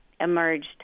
emerged